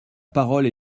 parole